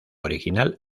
original